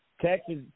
Texas